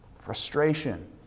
frustration